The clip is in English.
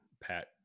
Pat